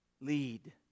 lead